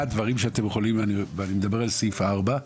אני מדבר על סעיף 4,